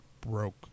broke